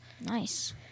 Nice